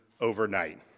overnight